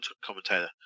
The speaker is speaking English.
commentator